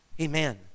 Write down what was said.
Amen